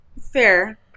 Fair